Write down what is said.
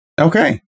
Okay